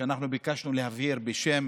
אנחנו ביקשנו להבהיר בשם